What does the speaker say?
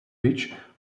witch